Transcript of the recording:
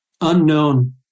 unknown